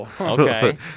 Okay